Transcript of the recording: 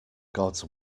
gods